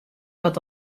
wat